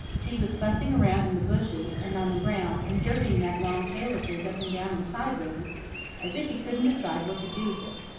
he was fussing around in the bushes and on the ground and jerking that long tail of his up and down and sidewise as if he couldn't decide what to do with it.